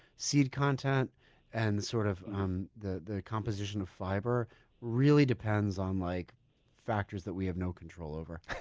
seed content and sort of um the the composition of fiber really depends on like factors that we have no control over,